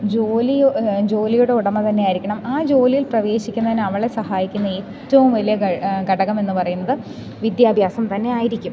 ജോലിയോ ജോലിയുടെ ഉടമ തന്നെ ആയിരിക്കണം ആ ജോലിയിൽ പ്രവേശിക്കുന്നതിന് അവളെ സഹായിക്കുന്ന ഏറ്റവും വലിയ ഘടകമെന്നു പറയുന്നത് വിദ്യാഭ്യാസം തന്നെ ആയിരിക്കും